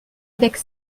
avec